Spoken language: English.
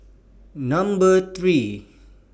Number three